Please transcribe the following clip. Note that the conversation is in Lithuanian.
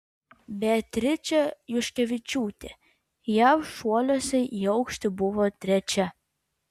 beatričė juškevičiūtė jav šuoliuose į aukštį buvo trečia